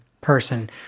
person